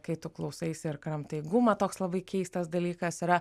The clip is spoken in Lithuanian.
kai tu klausaisi ir kramtai gumą toks labai keistas dalykas yra